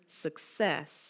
success